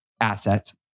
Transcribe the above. assets